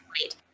late